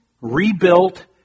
rebuilt